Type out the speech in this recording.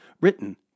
written